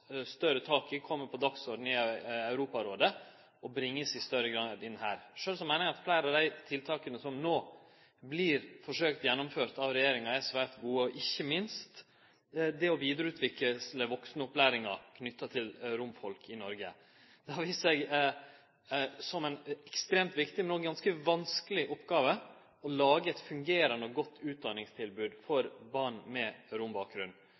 på dagsordenen i Europarådet, og at det i større grad vert bringa inn her. Sjølv meiner eg at fleire av dei tiltaka som no vert forsøkt gjennomførte av regjeringa, er svært gode, ikkje minst det å vidareutvikle vaksenopplæringa knytt til romfolk i Noreg. Det har vist seg som ei ekstremt viktig, men ganske vanskeleg oppgåve å lage eit fungerande og godt utdanningstilbod for barn med rombakgrunn.